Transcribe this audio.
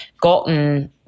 gotten